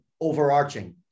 overarching